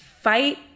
fight